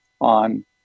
on